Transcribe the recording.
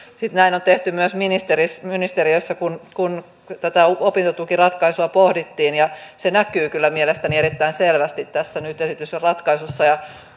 näin on tehty myös ministeriössä ministeriössä kun kun tätä opintotukiratkaisua pohdittiin se näkyy kyllä mielestäni erittäin selvästi tässä nyt esitetyssä ratkaisussa ja